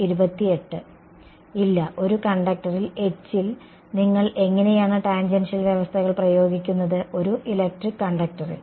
ഇല്ല ഒരു കണ്ടക്ടറിൽ H ൽ നിങ്ങൾ എങ്ങനെയാണ് ടാൻജൻഷ്യൽ വ്യവസ്ഥകൾ പ്രയോഗിക്കുന്നത് ഒരു ഇലക്ട്രിക് കണ്ടക്ടറിൽ